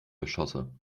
geschosse